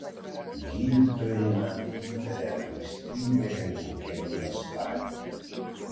gydytojai man įtarė ankstyvąją leukemijos stadiją